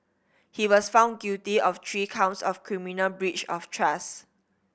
he was found guilty of three counts of criminal breach of trust